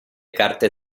carte